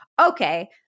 okay